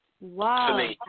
Wow